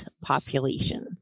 population